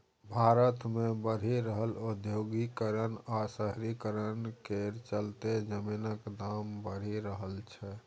भारत मे बढ़ि रहल औद्योगीकरण आ शहरीकरण केर चलते जमीनक दाम बढ़ि रहल छै